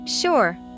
Sure